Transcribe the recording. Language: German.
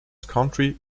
county